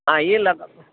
હા એ લગાવો